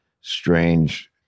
strange